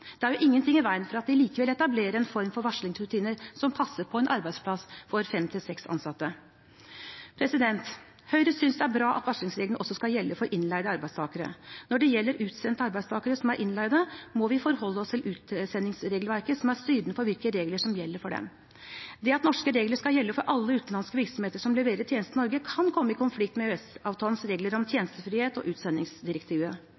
Det er jo ingenting i veien for at de likevel etablerer en form for varslingsrutiner som passer på en arbeidsplass for fem–seks ansatte. Høyre synes det er bra at varslingsreglene også skal gjelde for innleide arbeidstakere. Når det gjelder utsendte arbeidstakere som er innleid, må vi forholde oss til utsendingsregelverket, som er styrende for hvilke regler som gjelder for dem. Det at norske regler skal gjelde for alle utenlandske virksomheter som leverer tjenester i Norge, kan komme i konflikt med EØS-avtalens regler om